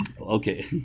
okay